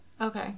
Okay